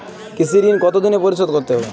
কৃষি ঋণ কতোদিনে পরিশোধ করতে হবে?